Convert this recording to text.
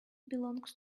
belongs